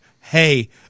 hey